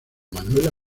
manuela